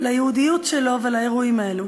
ליהודיות שלו ולאירועים האלו.